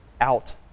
out